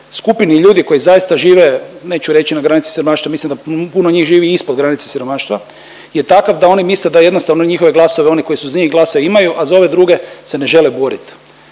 skupini ljudi koja zaista žive, neću reći na granici siromaštva mislim da puno njih živi i ispod granice siromaštva, je takav da oni misle da jednostavno njihove glasove oni koji su za njih glasa imaju, a za ove druge se ne žele borit.